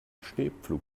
schneepflug